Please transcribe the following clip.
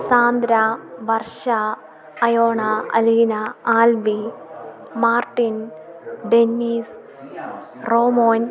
Sandra Varsha Ayona Aleena Albi Martin Dennis Romon